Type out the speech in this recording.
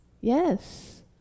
Yes